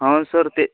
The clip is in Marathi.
हा सर ते